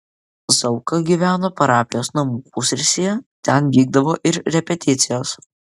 zauka gyveno parapijos namų pusrūsyje ten vykdavo ir repeticijos